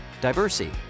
Diversity